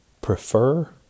prefer